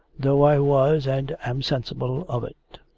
though i was and am sensible of it.